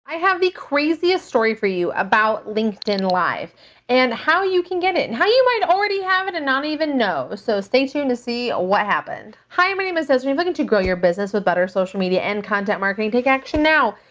i have the craziest story for you about linkedin live and how you can get it and how you might already have it and not even know. so stay tuned to see what happened. hi, my name is desiree, if looking to grow your business with better social media and content marketing, take action now.